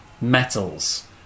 metals